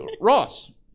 ross